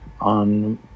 on